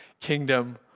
kingdom